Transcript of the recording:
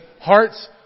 hearts